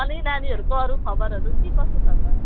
अनि नानीहरूको अरू खबरहरू के कसो छ त